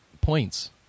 Points